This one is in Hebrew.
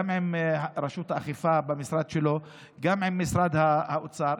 גם עם רשות האכיפה במשרד שלו וגם עם משרד האוצר.